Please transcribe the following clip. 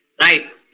Right